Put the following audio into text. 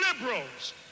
liberals